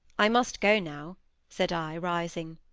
i must go now said i, rising.